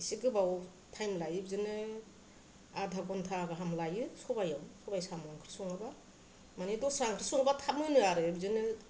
एसे गोबाव टाइम लायो बिदिनो आधा घन्टा गाहाम लायो सबायाव सबाय साम' ओंख्रि सङोबा माने दस्रा ओंख्रि संबा थाब मोनो आरो बिदिनो